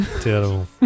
Terrible